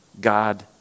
God